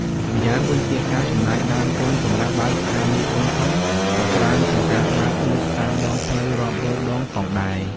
ម្យ៉ាងវិញទៀត ការចំណាយដើមទុនសម្រាប់បើកស្ថានីយ៍ធំៗក៏ច្រើនជាងការបើកលក់តាមដងផ្លូវរាប់រយដងផងដែរ។